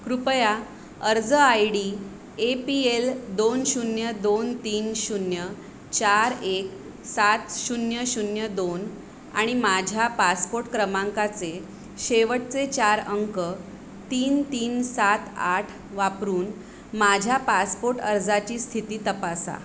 कृपया अर्ज I D A P L दोन शून्य दोन तीन शून्य चार एक सात शून्य शून्य दोन आणि माझ्या पासपोर्ट क्रमांकचे शेवटचे चार अंक तीन तीन सात आठ वापरून माझ्या पासपोर्ट अर्जाची स्थिती तपासा